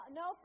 no